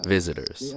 Visitors